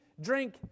drink